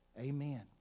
Amen